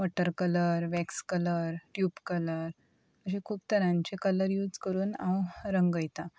water colour wax colour tube colour अशें खूब तरांचे कलर यूज करून हांव रंगयतां